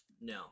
No